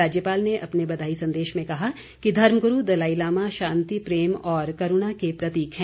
राज्यपाल ने अपने बधाई संदेश में कहा कि धर्मगुरू दलाई लामा शान्ति प्रेम और करूणा के प्रतीक हैं